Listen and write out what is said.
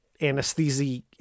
anesthesia